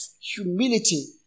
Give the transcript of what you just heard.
humility